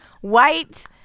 white